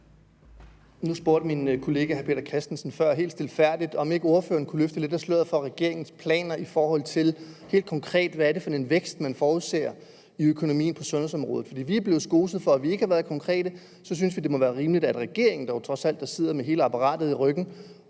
spurgte min kollega, hr. Peter Christensen, før helt stilfærdigt, om ikke ordføreren kunne løfte lidt af sløret for regeringens planer i forhold til helt konkret, hvad det er for en vækst, man forudser i økonomien på sundhedsområdet. Vi er blevet skoset for, at vi ikke har været konkrete, og så synes vi, det må være rimeligt, at regeringen, der sidder med hele apparatet i ryggen,